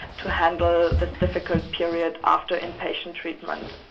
to handle this difficult period after in-patient treatment.